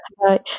right